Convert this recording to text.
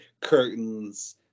curtains